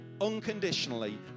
unconditionally